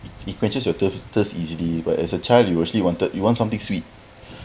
it quenches your thirst thirst easily but as a child you actually wanted you want something sweet